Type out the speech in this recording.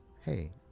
hey